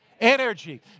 Energy